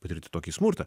patirti tokį smurtą